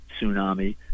tsunami